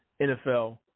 NFL